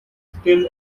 still